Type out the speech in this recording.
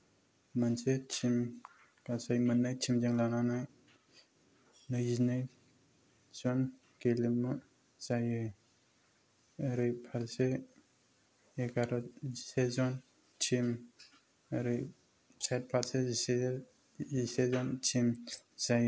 मोनसे टिम गासै मोननै टिम जों लानानै नैजिनै जन गेलेमु जायो ओरै फारसे एगार'जन टिम ओरै साइद फारसे बिसोर जिसेजन टिम जायो